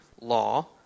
law